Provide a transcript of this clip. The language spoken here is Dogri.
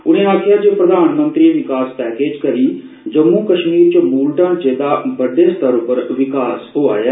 उने आक्खेआ जे प्रधानमंत्री विकास पैकेज करी जम्मू कश्मीर च मूल ढांचे दा बड्डे स्तर उप्पर विकास होआ ऐ